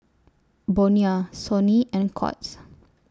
Bonia Sony and Courts